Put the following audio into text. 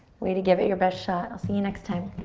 way to give it your best shot. i'll see you next time.